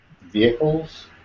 vehicles